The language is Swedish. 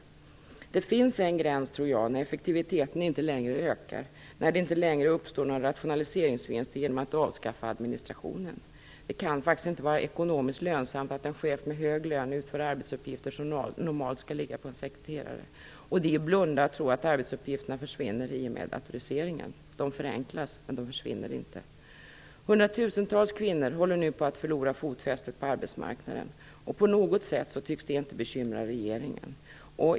Jag tror att det finns en gräns när effektiviteten inte längre ökar och när det inte längre uppstår någon rationaliseringsvinst när man avskaffar administrationen. Det kan faktiskt inte vara ekonomiskt lönsamt att en chef med hög lön utför arbetsuppgifter som normalt skall ligga på en sekreterare. Det är att blunda att tro att arbetsuppgifterna försvinner i och med datoriseringen. De förenklas, men de försvinner inte. Hundratusentals kvinnor håller nu på att förlora fotfästet på arbetsmarknaden. På något sätt tycks inte det bekymra regeringen.